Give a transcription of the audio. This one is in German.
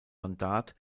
mandat